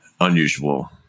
unusual